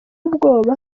ubwoba